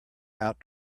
out